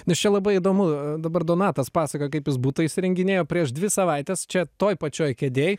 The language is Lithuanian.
nes čia labai įdomu dabar donatas pasakoja kaip jis butą įsirenginėjo prieš dvi savaites čia toj pačioj kėdėj